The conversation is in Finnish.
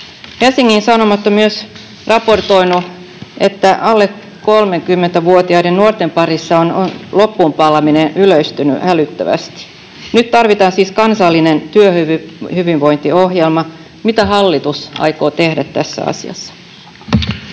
Helsingin Sanomat on myös raportoinut, että alle 30-vuotiaiden nuorten parissa on loppuunpalaminen yleistynyt hälyttävästi. Nyt tarvitaan siis kansallinen työhyvinvointiohjelma. Mitä hallitus aikoo tehdä tässä asiassa?